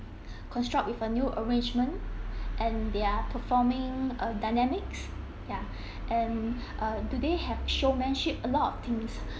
construct with a new arrangement and they're performing uh dynamics ya and uh do they have showmanship a lot of things